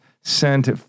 sent